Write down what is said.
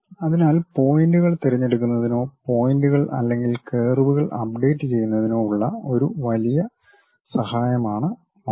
അതിനാൽ പോയിന്റുകൾ തിരഞ്ഞെടുക്കുന്നതിനോ പോയിന്റുകൾ അല്ലെങ്കിൽ കർവുകൾ അപ്ഡേറ്റ് ചെയ്യുന്നതിനോ ഉള്ള ഒരു വലിയ സഹായമാണ് മൌസ്